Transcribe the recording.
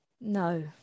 No